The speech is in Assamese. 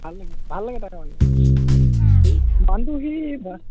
ভাল লাগে ভাল লাগে তাক আৰু হেৰি মানুহটো সি বাৰু